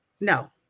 no